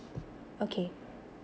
okay